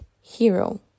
hero